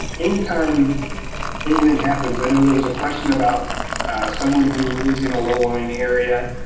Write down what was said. anytime anything happens. i know there was a question about someone who lives in a low lying area,